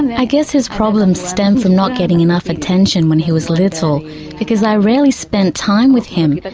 i guess his problems stem from not getting enough attention when he was little because i rarely spent time with him. but